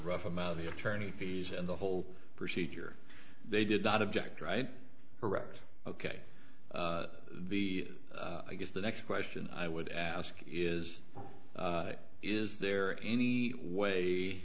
rough amount the attorney fees and the whole procedure they did not object right correct ok the i guess the next question i would ask is is there any way